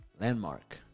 landmark